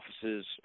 offices